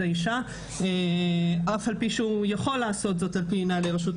לפה אף פעם עם הבעל שלך ממשרד הפנים,